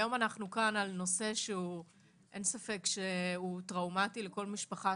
היום אנחנו כאן על נושא שאין ספק שהוא טראומטי לכל משפחה